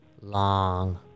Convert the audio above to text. long